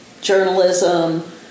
journalism